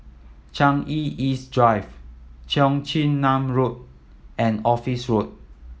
Changi East Drive Cheong Chin Nam Road and Office Road